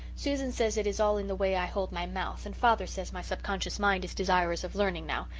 susan says it is all in the way i hold my mouth and father says my subconscious mind is desirous of learning now,